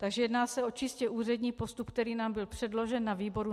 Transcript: Takže jedná se o čistě úřední postup, který nám byl předložen na výboru.